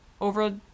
over